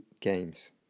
games